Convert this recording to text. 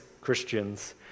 Christians